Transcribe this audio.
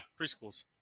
preschools